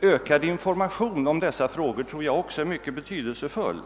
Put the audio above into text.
Ökad information om dessa frågor tror jag också är mycket betydelsefull.